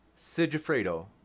Sigifredo